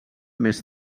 més